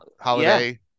Holiday